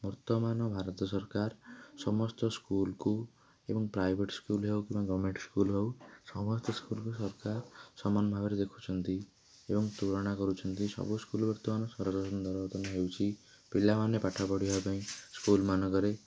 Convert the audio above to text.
ବର୍ତ୍ତମାନ ଭାରତ ସରକାର ସମସ୍ତ ସ୍କୁଲ୍କୁ ଏବଂ ପ୍ରାଇଭେଟ୍ ସ୍କୁଲ୍ ହଉ କିମ୍ବା ଗଭର୍ଣ୍ଣମେଣ୍ଟ୍ ସ୍କୁଲ୍ ହଉ ସମସ୍ତ ସ୍କୁଲ୍କୁ ସରକାର ସମାନ ଭାବରେ ଦେଖୁଛନ୍ତି ଏବଂ ତୁଳନା କରୁଛନ୍ତି ସବୁ ସ୍କୁଲ୍ ବର୍ତ୍ତମାନ ପିଲାମାନେ ପାଠ ପଢ଼ିବା ପାଇଁ ସ୍କୁଲ୍ ମାନଙ୍କରେ